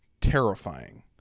terrifying